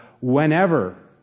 whenever